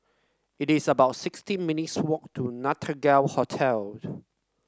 it is about sixteen minutes' walk to Nostalgia Hotel